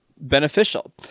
Beneficial